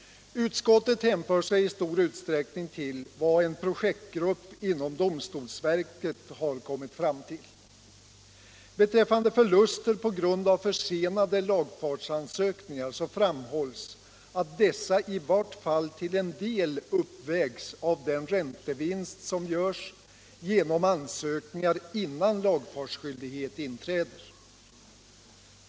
Utskottet visar i stor utsträckning på vad en projektgrupp inom domstolsverket kommit fram till. Beträffande förluster på grund av försenade lagfartsansökningar framhålls att dessa i vart fall till en del uppvägs av den räntevinst som görs genom ansökningar innan lagfartsskyldighet inträder.